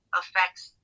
affects